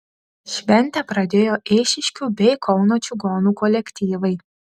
šventę pradėjo eišiškių bei kauno čigonų kolektyvai